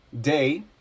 day